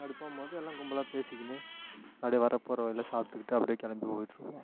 அப்படி போகும் போது எல்லாம் கும்பலாக பேசிக்கிட்டு அப்டி வர போகிற வழியில் சாப்பிட்டுக்கிட்டு அப்டி கிளம்பி போயிட்டு இருப்போம்